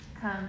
come